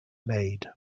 laid